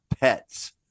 pets